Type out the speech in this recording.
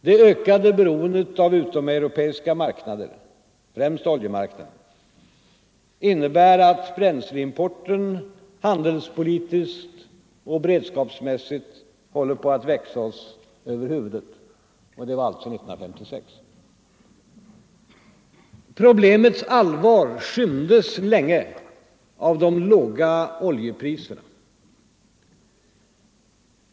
”Det ökade beroendet av utomeuropeiska marknader, främst oljemarknaden, innebär att bränsleimporten, handelspolitiskt och beredskapsmässigt, håller på att växa oss över huvudet.” Problemets allvar skymdes länge av de låga oljepriserna.